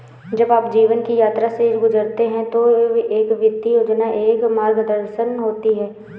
जब आप जीवन की यात्रा से गुजरते हैं तो एक वित्तीय योजना एक मार्गदर्शन होती है